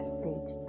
stage